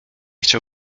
chciał